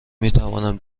میتوانم